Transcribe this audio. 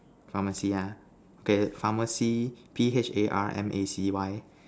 pharmacy ah okay pharmacy P H A R M A C Y